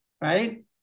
right